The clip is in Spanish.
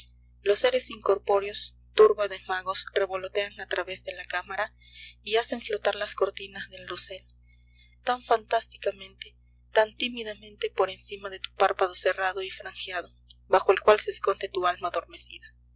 los seres incorpóreos turba de magos revolotean a través de la cámara y hacen flotar las cortinas del dosel tan fantásticamente tan tímidamente por encima de tu párpado cerrado y franjeado bajo el cual se esconde tu alma adormecida que